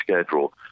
schedule